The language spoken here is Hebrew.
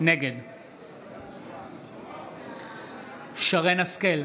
נגד שרן מרים השכל,